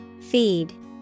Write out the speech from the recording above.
Feed